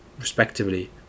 respectively